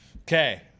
Okay